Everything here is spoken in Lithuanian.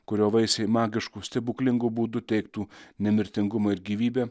kurio vaisiai magišku stebuklingu būdu teiktų nemirtingumą ir gyvybę